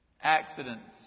Accidents